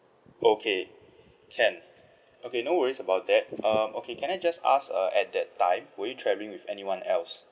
okay can okay no worries about that um okay can I just ask uh at that time were you travelling with anyone else